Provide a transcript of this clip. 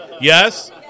Yes